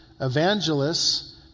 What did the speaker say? evangelists